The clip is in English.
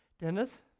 Dennis